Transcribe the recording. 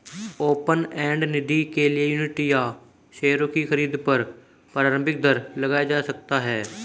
open end निधि के लिए यूनिट या शेयरों की खरीद पर प्रारम्भिक दर लगाया जा सकता है